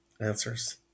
answers